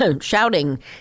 shouting